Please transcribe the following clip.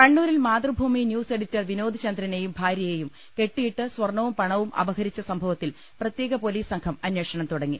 കണ്ണൂരിൽ Mathrubhumi news editor Vinod ചന്ദ്രനെയും ഭാര്യയെയും കെട്ടിയിട്ട് സർണ്ണവും പണവും അപ്ഹരിച്ച സംഭ വത്തിൽ പ്രത്യേക പൊലീസ് സംഘം അന്വേഷണം തുടങ്ങി